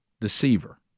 deceiver